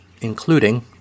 including